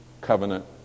covenant